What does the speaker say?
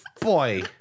Boy